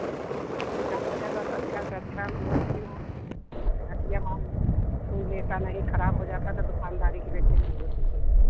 देखो ज़्यादा ज़्यादा तो अच्छे से अच्छा हम रखी हूँ घटिया माल कोई लेता नहीं ख़राब हो जाता है तो दुकानदारी की बेइज़्ज़ती होती है